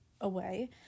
away